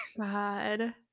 god